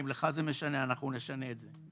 אם לך זה משנה, אנחנו נשנה את זה.